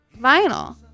vinyl